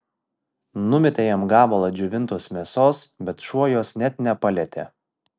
numetė jam gabalą džiovintos mėsos bet šuo jos net nepalietė